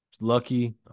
lucky